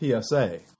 PSA